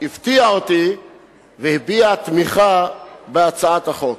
שהפתיע אותי והביע תמיכה בהצעת החוק.